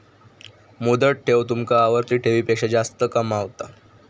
मुदत ठेव तुमका आवर्ती ठेवीपेक्षा जास्त कमावता